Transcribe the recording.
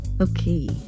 Okay